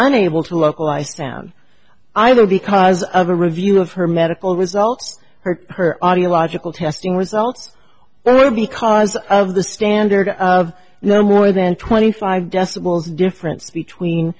unable to localize town either because of a review of her medical result hurt her audiological testing results then or because of the standard of no more than twenty five decibels difference between